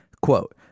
quote